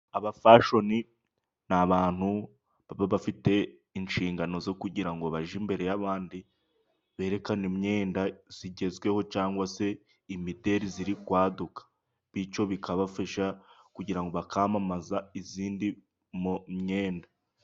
Abafashoni ni abantu baba bafite inshingano zo kugira ngo bajye imbere y'abandi ,berekane imyenda igezweho cyangwa se imideri iri kwaduka ,bityo bikabafasha kugira ngo bakamamaza indi mu myenda.